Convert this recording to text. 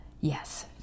Yes